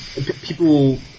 People